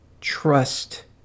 trust